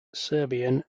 serbian